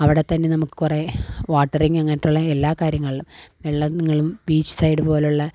അവിടെത്തന്നെ നമുക്ക് കുറേ വാട്ടറിങ്ങ് അങ്ങനുള്ള എല്ലാ കാര്യങ്ങളിലും വെള്ളങ്ങളും ബീച്ച് സൈഡ് പോലുള്ള